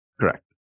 Correct